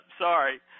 sorry